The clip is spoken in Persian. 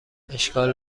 اشکال